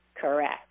Correct